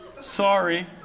sorry